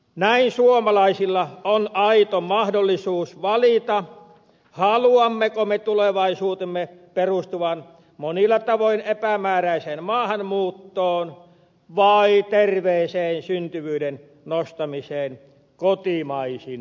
näin suomalaisilla on aito mahdollisuus valita haluammeko me tulevaisuutemme perustuvan monilla tavoin epämääräiseen maahanmuuttoon vai terveeseen syntyvyyden nostamiseen kotimaisin voimin